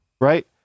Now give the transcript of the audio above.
right